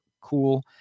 cool